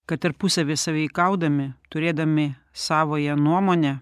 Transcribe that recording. kad tarpusavy sąveikaudami turėdami savąją nuomonę